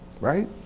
right